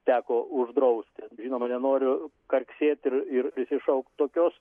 teko uždrausti žinoma nenoriu karksėt ir ir prisišaukt tokios